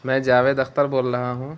میں جاوید اختر بول رہا ہوں